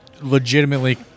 legitimately